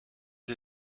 pas